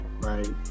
right